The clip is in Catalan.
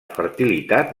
fertilitat